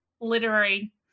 literary